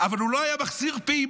אבל הוא לא היה מחסיר פעימה.